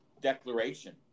declaration